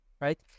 Right